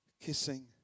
Kissing